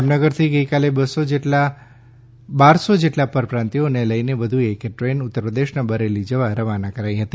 જામનગરથી ગઈકાલે બારસો જેટલા પરપ્રાંતિઓને લઈને વધુ એક ટ્રેન ઉત્તર પ્રદેશના બરેલી જવા રવાના કરાઈ હતી